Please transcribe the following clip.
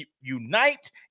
unite